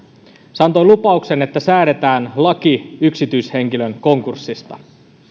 se antoi lupauksen että säädetään laki yksityishenkilön konkurssista